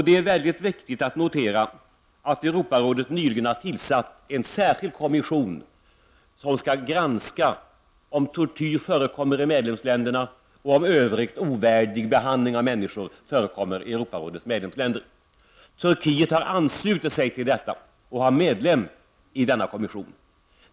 Det är mycket viktigt att man noterar att Europarådet nyligen har tillsatt en särskild kommission, som skall granska om tortyr förekommer i medlemsländerna och om i övrigt ovärdig behandling av människor förekommer i Europarådets medlemsländer. Turkiet har anslutit sig till detta och har en ledamot i denna kommission.